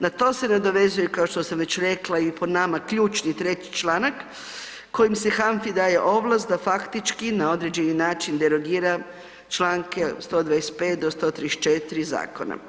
Na to se nadovezuje, kao što sam već rekla i po nama ključni treći članak kojim se HANFA-i daje ovlast da faktički na određeni način derogira čl. 125. do 134. zakona.